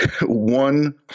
one